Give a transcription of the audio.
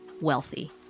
Wealthy